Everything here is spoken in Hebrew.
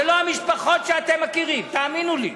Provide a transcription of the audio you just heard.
זה לא המשפחות שאתם מכירים, תאמינו לי.